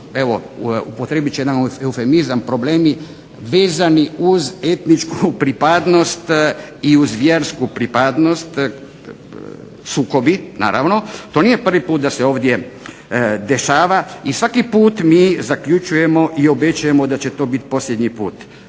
evo upotrijebit ću jedan eufemizam problemi vezani uz etničku pripadnost i uz vjersku pripadnost – sukobi naravno. To nije prvi put da se ovdje dešava i svaki put mi zaključujemo i obećajemo da će to biti posljednji put.